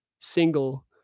single